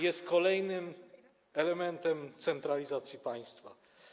Jest kolejnym elementem centralizacji państwa.